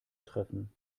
treffen